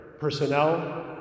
Personnel